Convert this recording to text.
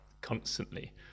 constantly